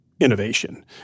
innovation